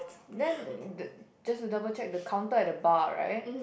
then the just to double check the counter at the bar right